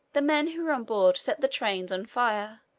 the men who were on board set the trains on fire,